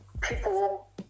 People